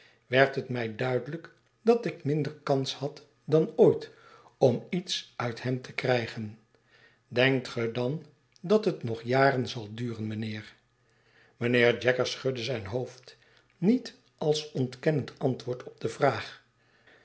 werd het mij duidelijk dat ik minder kans had dan ooit om iets uit hem te krijgen denkt ge dan dat het nog jaren zal duren mijnheer mijnheer jaggers schudde zijn hoofd niet als ontkennend antwoord op de vraag